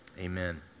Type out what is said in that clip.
Amen